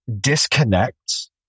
disconnects